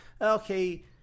okay